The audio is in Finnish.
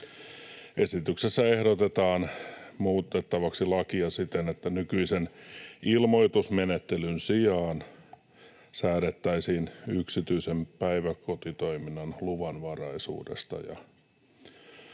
esityksessä ehdotetaan muutettavaksi lakia siten, että nykyisen ilmoitusmenettelyn sijaan säädettäisiin yksityisen päiväkotitoiminnan luvanvaraisuudesta.